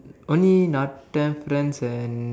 only natan friends and